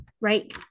right